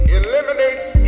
eliminates